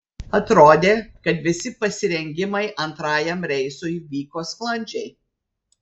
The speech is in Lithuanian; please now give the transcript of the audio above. atrodė kad visi pasirengimai antrajam reisui vyko sklandžiai